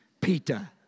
Peter